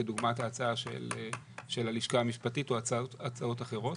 כדוגמת ההצעה של הלשכה המשפטית או הצעות אחרות.